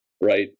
right